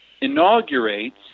inaugurates